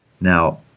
Now